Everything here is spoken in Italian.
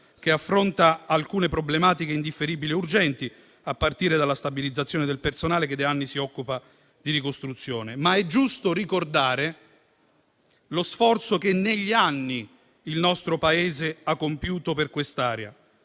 affronta alcune problematiche indifferibili ed urgenti, a partire dalla stabilizzazione del personale che da anni si occupa di ricostruzione, ma è giusto ricordare lo sforzo che, negli anni, il nostro Paese ha compiuto per quest'area: